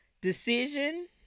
decision